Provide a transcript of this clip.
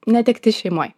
netektis šeimoj